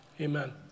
Amen